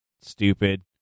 stupid